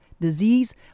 disease